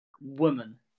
Woman